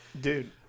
Dude